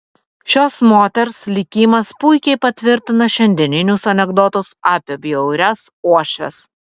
šios moters likimas puikiai patvirtina šiandieninius anekdotus apie bjaurias uošves